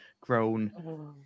Grown